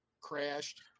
crashed